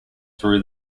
through